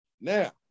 Now